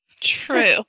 True